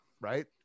Right